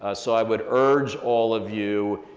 ah so i would urge all of you,